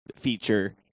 feature